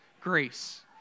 grace